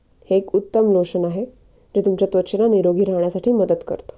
हे एक उत्तम लोशन आहे जे तुमच्या त्वचेला निरोगी राहण्यासाठी मदत करतं